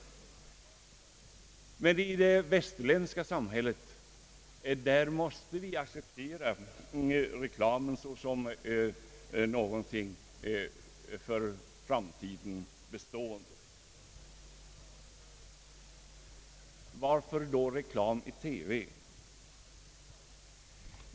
Vi i det västerländska samhället måste däremot acceptera reklamen såsom någonting för framtiden bestående. Varför då reklam i TV?